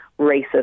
racist